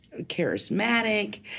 charismatic